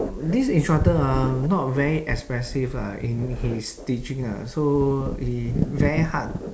this instructor ah not very expressive lah in his teaching ah so it's very hard